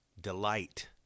delight